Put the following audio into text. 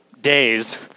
days